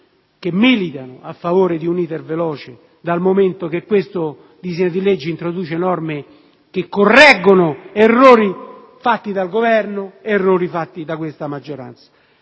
che militano a favore di un *iter* veloce, dal momento che il disegno di legge in esame introduce norme che correggono errori fatti dal Governo e da questa maggioranza;